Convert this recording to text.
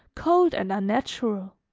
cold and unnatural.